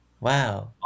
Wow